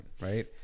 right